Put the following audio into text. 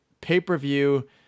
pay-per-view